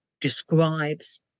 describes